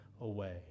away